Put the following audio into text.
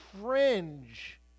fringe